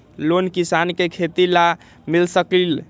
Loan किसान के खेती लाख मिल सकील?